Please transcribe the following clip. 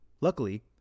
Luckily